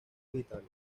digitales